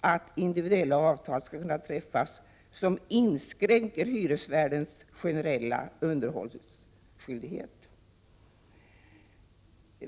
att individuella avtal skall kunna träffas som inskränker hyresvärdens generella underhållsskyldighet.